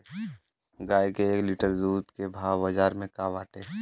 गाय के एक लीटर दूध के भाव बाजार में का बाटे?